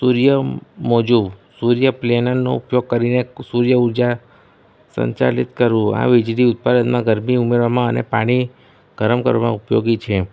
સૂર્ય મોજું સૂર્ય પ્લેનનો ઉપયોગ કરીને સૂર્ય ઉર્જા સંચાલિત કરવું આ વીજળી ઉત્પાદનમાં ગરમી ઉમેરવામાં અને પાણી ગરમ કરવા ઉપયોગી છે